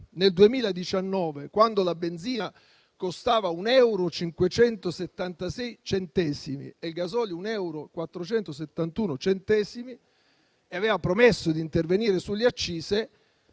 nel 2019, quando la benzina costava un 1,576 euro e il gasolio 1,471 euro, e aveva promesso di intervenire sulle accise.